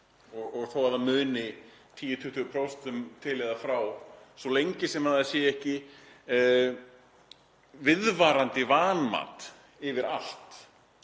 Og þó að það muni 10–20% til eða frá, svo lengi sem það er ekki viðvarandi vanmat yfir allt,